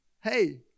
hey